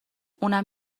اونم